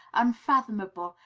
unfathomable,